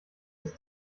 des